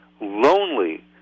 lonely